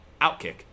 Outkick